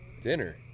Dinner